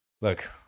Look